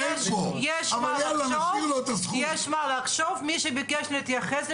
מהוראות התקנות שנקבעו לפי סעיף 17(א1)(1),